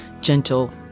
gentle